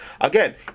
Again